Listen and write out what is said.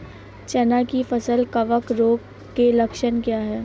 चना की फसल कवक रोग के लक्षण क्या है?